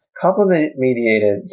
Complement-mediated